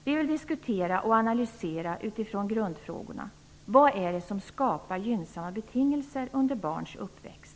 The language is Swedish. Vi vill diskutera och analysera utifrån grundfrågorna: ? Vad är det som skapar gynnsamma betingelser under barns uppväxt?